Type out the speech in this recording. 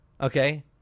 okay